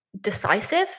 decisive